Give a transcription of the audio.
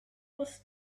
was